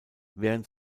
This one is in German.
während